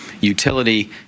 utility